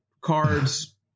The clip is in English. Cards